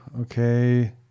Okay